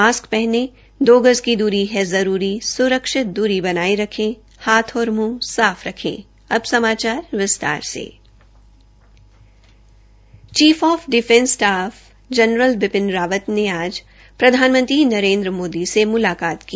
mask पहनें दो गज दूरी है जरूरी स्रक्षित दूरी बनाये रखें हाथ और मुंह साफ रखें chief of defence staff general Bipin Rawat ने आज प्रधानमंत्री नरेन्द्र मोदी से मुलाकात की